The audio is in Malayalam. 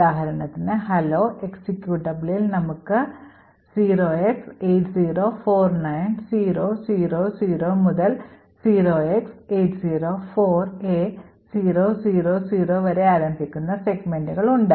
ഉദാഹരണത്തിന് hello എക്സിക്യൂട്ടബിളിൽ നമുക്ക് 0x8049000 മുതൽ 0x804a000 വരെ ആരംഭിക്കുന്ന സെഗ്മെന്റുകളുണ്ട്